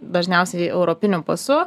dažniausiai europiniu pasu